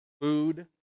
food